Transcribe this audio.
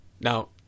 Now